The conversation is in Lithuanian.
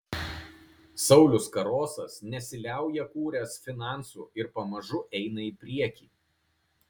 saulius karosas nesiliauja kūręs finansų ir pamažu eina į priekį